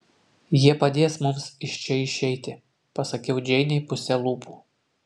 jie padės mums iš čia išeiti pasakiau džeinei puse lūpų